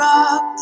up